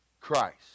Christ